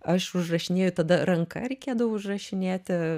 aš užrašinėju tada ranka reikėdavo užrašinėti